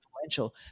influential